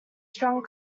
strong